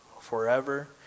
forever